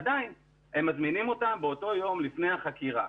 עדיין הם מזמינים אותם באותו יום לפני החקירה.